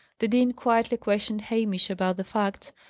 the dean quietly questioned hamish about the facts,